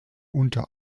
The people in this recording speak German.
unter